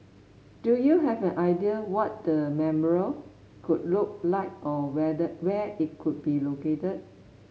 do you have an idea what the memorial could look like or where the where it could be located